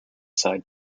side